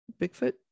Bigfoot